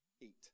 eat